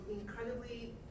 incredibly